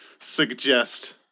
suggest